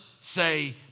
say